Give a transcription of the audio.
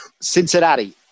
Cincinnati